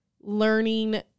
learning